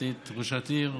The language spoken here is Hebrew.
את היית ראשת עיר,